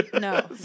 No